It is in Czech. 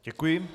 Děkuji.